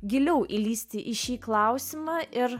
giliau įlįsti į šį klausimą ir